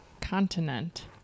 continent